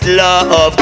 love